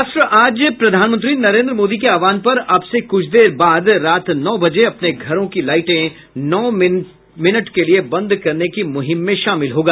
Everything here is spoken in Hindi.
राष्ट्र आज प्रधानमंत्री नरेंद्र मोदी के आहवान पर अब से कुछ देर बाद रात नौ बजे अपने घरों की लाइटें नौ मिनटों के लिए बंद करने की मुहिम में शामिल होगा